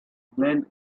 bland